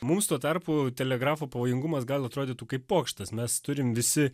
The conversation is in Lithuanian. mums tuo tarpu telegrafo pavojingumas gal atrodytų kaip pokštas mes turim visi